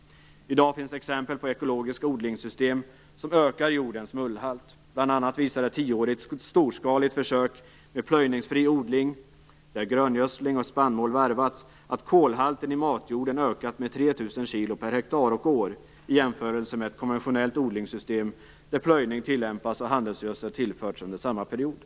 I dag finns exempel på ekologiska odlingssystem som ökar jordens mullhalt. Bl.a. visar ett tioårigt storskaligt försök med plöjningsfri odling, där gröngödsling och spannmål varvats, att kolhalten i matjorden ökat med 3 000 kilo per hektar och år i jämförelse med ett konventionellt odlingssystem, där plöjning tillämpas och handelsgödsel tillförts under samma period.